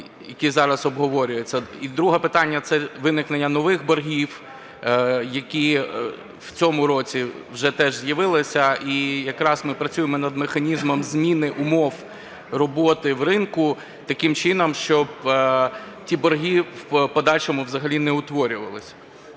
які зараз обговорюються. І друге питання – це виникнення нових боргів, які в цьому році вже теж з'явилися. І якраз ми працюємо над механізмом зміни умов роботи в ринку таким чином, щоб ті борги в подальшому взагалі не утворювалися.